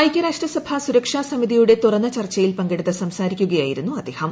ഐക്യരാഷ്ട്ര സഭാ സുരക്ഷാ സമിതിയുടെ തുറന്ന ചർച്ചയിൽ പങ്കെടുത്ത് സംസാരിക്കുകയായിരുന്നു അദ്ദേഹം